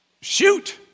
shoot